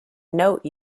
note